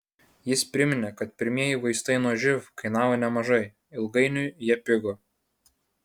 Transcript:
jis priminė kad pirmieji vaistai nuo živ kainavo nemažai ilgainiui jie pigo